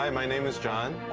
um my name is john.